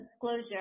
disclosure